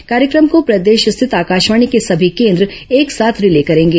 इस कार्यक्रम को प्रदेश स्थित आकाशवाणी के सभी केन्द्र एक साथ रिले करेंगे